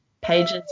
pages